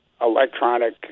electronic